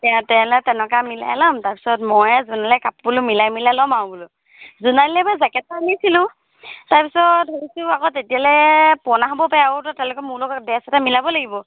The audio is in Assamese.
তে তেওলৈ তেনেকুৱা মিলাই ল'ম তাৰপিছত মইয়ে জোনালীয়ে কাপোৰো মিলাই মিলাই ল'ম আৰু বোলো জোনালীলৈ বাৰু জেকেট এটা আনিছিলোঁ তাৰপিছত ধৰিছোঁ আকৌ তেতিয়ালে পুৰণা হ'বও পাৰে আৰুতো তেওঁলোকে মোৰ লগত ড্ৰেছ এটা মিলাব লাগিব